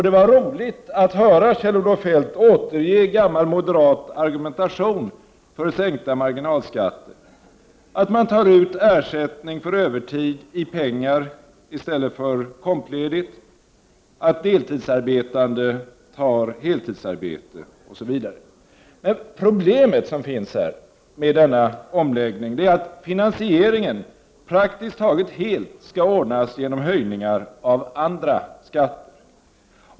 Det var roligt att höra Kjell-Olof Feldt återge gammal moderat argumentation för sänkta marginalskatter — att man tar ut ersättning för övertid i pengar i stället för i kompledighet, att deltidsarbetande tar heltidsarbete osv. Problemet med denna omläggning är att finansieringen praktiskt taget helt skall ordnas genom höjningar av andra skatter.